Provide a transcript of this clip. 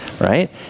Right